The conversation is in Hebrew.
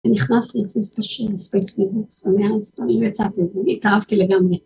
‫נכנסתי לפי ספייס פיזיקס, ‫במארץ, ואילו יצאתי איזה, ‫התאהבתי לגמרי.